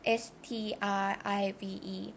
strive